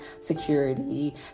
security